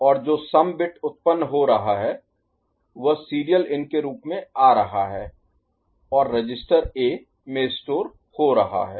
और जो some bit उत्पन्न हो रहा है वह सीरियल इन के रूप में आ रहा है और रजिस्टर ए में स्टोर Store संग्रहीत हो रहा है